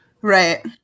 Right